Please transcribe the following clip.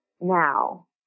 now